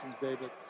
David